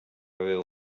haver